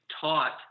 taught